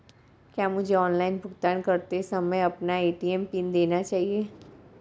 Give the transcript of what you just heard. क्या मुझे ऑनलाइन भुगतान करते समय अपना ए.टी.एम पिन देना चाहिए?